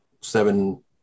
seven